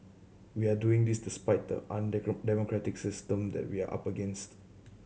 we are doing this despite the democratic system that we are up against